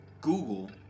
Google